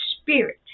spirit